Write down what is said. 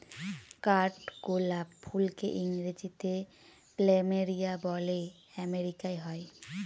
কাঠগোলাপ ফুলকে ইংরেজিতে প্ল্যামেরিয়া বলে আমেরিকায় হয়